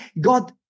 God